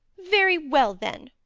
very well then.